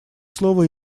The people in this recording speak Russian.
слово